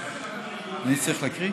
אני צריך להקריא?